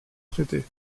traiter